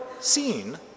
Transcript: seen